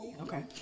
Okay